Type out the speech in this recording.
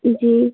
जी